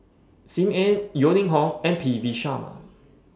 SIM Ann Yeo Ning Hong and P V Sharma